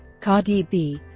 cardi b